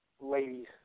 ladies